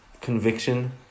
conviction